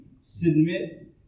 submit